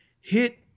Hit